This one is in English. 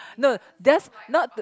no there's not